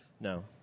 No